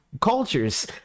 cultures